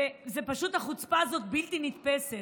ופשוט החוצפה הזאת בלתי נתפסת.